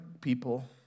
people